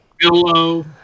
Hello